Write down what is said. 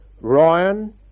Ryan